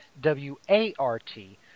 W-a-r-t